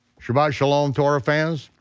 shabbat shalom, torah fans.